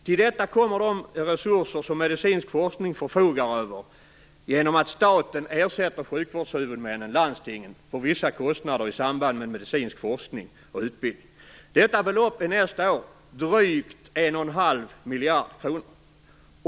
Till detta kommer de resurser som medicinsk forskning förfogar över genom att staten ersätter sjukvårdshuvudmännen, landstingen, för vissa kostnader i samband med medicinsk forskning och utbildning. Detta belopp är nästa år drygt 1,5 miljarder kronor.